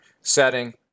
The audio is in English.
setting